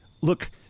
look